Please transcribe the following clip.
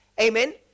Amen